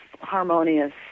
harmonious